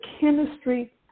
chemistry